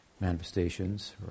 Manifestations